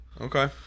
Okay